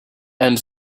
and